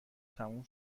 تموم